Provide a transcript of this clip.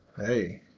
hey